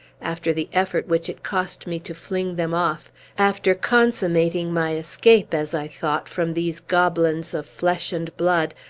after the effort which it cost me to fling them off after consummating my escape, as i thought, from these goblins of flesh and blood,